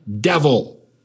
devil